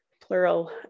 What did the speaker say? plural